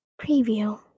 Preview